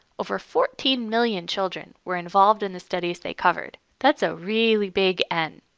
over fourteen million children were involved in the studies they covered. that is a really big n.